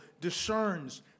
discerns